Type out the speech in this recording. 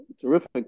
terrific